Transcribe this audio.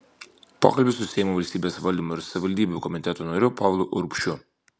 pokalbis su seimo valstybės valdymo ir savivaldybių komiteto nariu povilu urbšiu